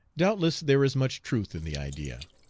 doubtless there is much truth in the idea.